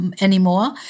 anymore